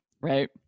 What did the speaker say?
Right